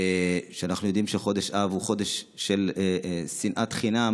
ואנחנו יודעים שחודש אב הוא חודש של שנאת חינם,